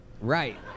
Right